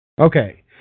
Okay